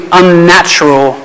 unnatural